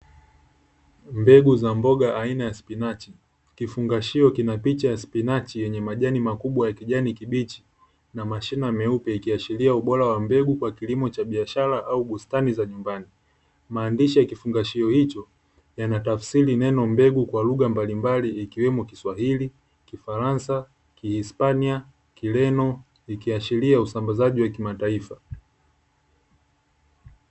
Mbegu za mboga aina ya spinachi, kifungashio kina picha ya spinachi yenye majani makubwa ya kijani kibichi, na mashina meupe, ikiashiria ubora wa mbegu kwa kilimo cha biashara au bustani za nyumbani, maandishi ya kifungashio hicho, yanatafsiri neno mbegu kwa lugha mbalimbali ikiwemo kiswahili, kifaransa, kiispania, kireno, ikiashiria usambazaji wa kimataifa.